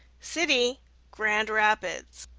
city grand rapids,